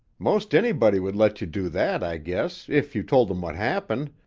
most anybody would let you do that, i guess, if you told them what happened,